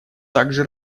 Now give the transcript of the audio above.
также